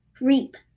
Reap